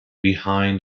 behind